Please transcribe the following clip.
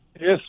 Yes